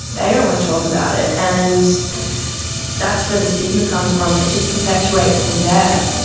they don't want to talk about it. and that's where the stigma comes from and it just perpetuates from there.